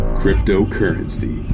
cryptocurrency